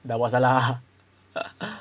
dah buat salah